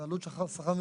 זה עלות שכר מינימלי.